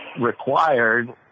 required